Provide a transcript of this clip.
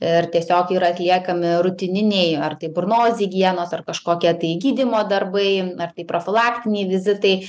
ir tiesiog yra atliekami rutininiai ar tai burnos higienos ar kažkokie tai gydymo darbai ar tai profilaktiniai vizitai